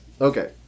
okay